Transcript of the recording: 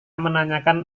menanyakan